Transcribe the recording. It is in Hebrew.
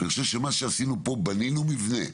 אני חושב שמה שעשינו פה זה לבנות מבנה.